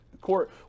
court